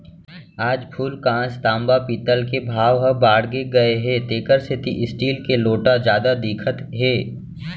आज फूलकांस, तांबा, पीतल के भाव ह बाड़गे गए हे तेकर सेती स्टील के लोटा जादा दिखत हे